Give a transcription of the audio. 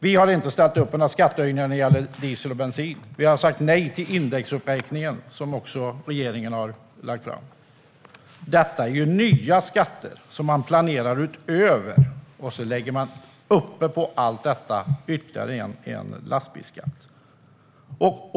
Vi har inte ställt upp på skattehöjningen på diesel och bensin, och vi har sagt nej till den indexuppräkning som regeringen har lagt fram. Detta är nya skatter som man planerar utöver de andra, och ovanpå allt lägger man ytterligare en lastbilsskatt.